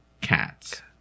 cats